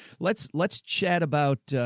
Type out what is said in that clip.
let's, let's chat about, ah,